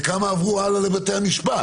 וכמה עברו הלאה לבתי המשפט?